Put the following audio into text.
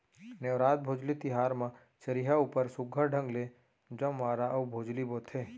नेवरात, भोजली तिहार म चरिहा ऊपर सुग्घर ढंग ले जंवारा अउ भोजली बोथें